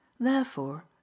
Therefore